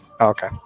Okay